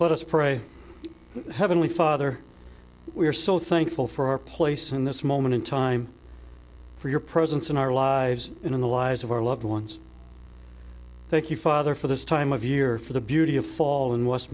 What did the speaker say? let us pray heavenly father we are so thankful for our place in this moment in time for your presence in our lives and in the lives of our loved ones thank you father for this time of year for the beauty of fall in west